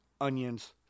onions